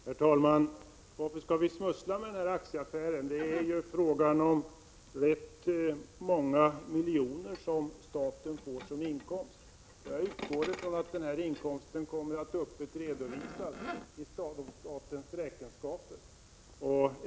Herr talman! Varför skall vi smussla med den här aktieaffären? Det är ju fråga om rätt många miljoner som staten får som inkomst. Jag utgår från att denna inkomst kommer att redovisas öppet i statens räkenskaper. Herr talman!